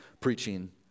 preaching